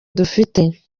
dufite